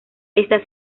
está